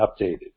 updated